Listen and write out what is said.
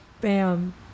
bam